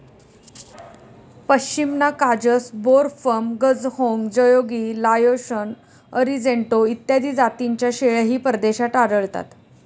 पश्मिना काजस, बोर, फर्म, गझहोंग, जयोगी, लाओशन, अरिजेंटो इत्यादी जातींच्या शेळ्याही परदेशात आढळतात